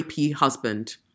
husband